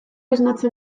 esnatzen